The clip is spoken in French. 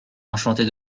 enchantée